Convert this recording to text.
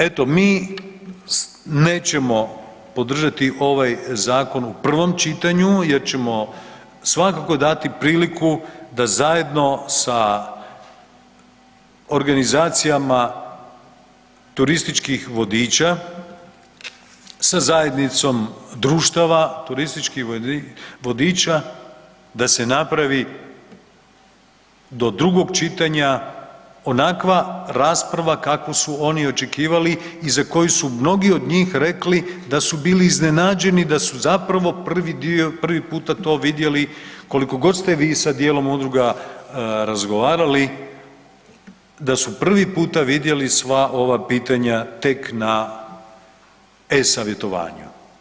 Eto, mi nećemo podržati ovaj zakon u prvom čitanju jer ćemo svakako dati priliku da zajedno sa organizacijama turističkih vodiča, sa zajednicom društava turističkih vodiča da se napravi do drugog čitanja onakva rasprava kakvu su oni očekivali i za koju su mnogi od njih rekli da su bili iznenađeni da su zapravo prvi dio, prvi puta to vidjeli, koliko god ste vi sa dijelom udruga razgovarali, da su prvi puta vidjeli sva ova pitanja tek na e-savjetovanju.